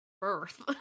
birth